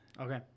Okay